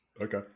okay